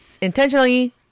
intentionally